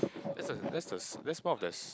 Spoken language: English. that's a that's that's part of the